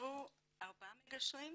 התווספו ארבעה מגשרים,